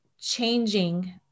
changing